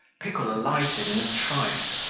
pickle alighted in a trice,